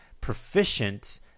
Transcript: proficient